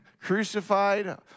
crucified